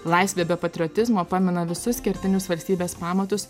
laisvė be patriotizmo pamina visus kertinius valstybės pamatus